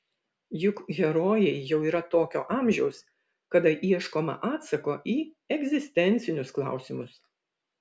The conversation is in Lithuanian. juk herojai jau yra tokio amžiaus kada ieškoma atsako į egzistencinius klausimus